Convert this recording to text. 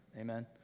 Amen